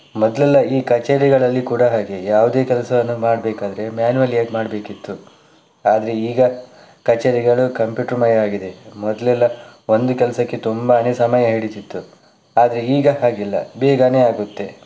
ಮೊದಲೆಲ್ಲ ಈ ಕಛೇರಿಗಳಲ್ಲಿ ಕೂಡ ಹಾಗೆ ಯಾವುದೇ ಕೆಲಸವನ್ನು ಮಾಡಬೇಕಾದರೆ ಮ್ಯಾನುವಲಿ ಆಗಿ ಮಾಡಬೇಕಿತ್ತು ಆದರೆ ಈಗ ಕಛೇರಿಗಳು ಕಂಪ್ಯೂಟರ್ಮಯ ಆಗಿದೆ ಮೊದಲೆಲ್ಲ ಒಂದು ಕೆಲಸಕ್ಕೆ ತುಂಬಾನೇ ಸಮಯ ಹಿಡೀತಿತ್ತು ಆದರೆ ಈಗ ಹಾಗಿಲ್ಲ ಬೇಗನೇ ಆಗುತ್ತೆ